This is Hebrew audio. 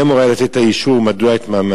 מי אמור היה לתת את האישור ומדוע הוא התמהמה?